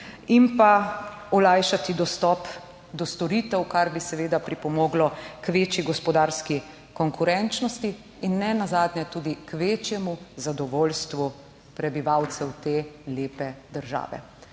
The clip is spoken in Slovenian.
in pa olajšati dostop do storitev, kar bi seveda pripomoglo k večji gospodarski konkurenčnosti in nenazadnje tudi k večjemu zadovoljstvu prebivalcev te lepe države.